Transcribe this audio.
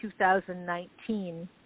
2019